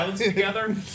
together